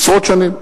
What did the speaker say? עשרות שנים.